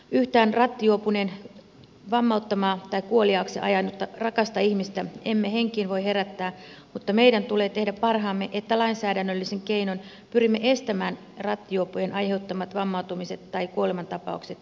yhtään rattijuopuneen vammauttamaa tai kuoliaaksi ajanutta rakasta ihmistä emme henkiin voi herättää mutta meidän tulee tehdä parhaamme että lainsäädännöllisin keinoin pyrimme estämään rattijuoppojen aiheuttamat vammautumiset tai kuolemantapaukset jatkossa